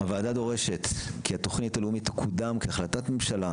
הוועדה דורשת כי התכונית הלאומית תקודם כהחלטת ממשלה,